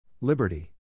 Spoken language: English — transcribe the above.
Liberty